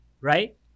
right